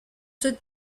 tous